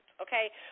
okay